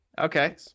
okay